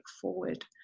forward